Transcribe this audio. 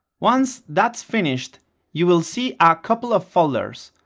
once that's finished you will see a couple of folders,